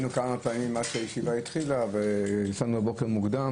היינו כמה פעמים עד שהישיבה התחילה ויצאנו מוקדם